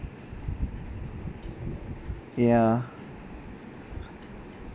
ya